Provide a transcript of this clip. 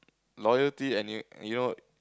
loyalty and you you know